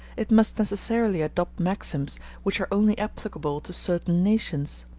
it must necessarily adopt maxims which are only applicable to certain nations.